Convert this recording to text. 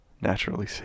Naturally